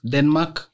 Denmark